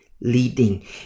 leading